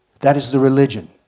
that is the religion.